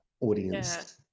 audience